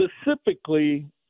specifically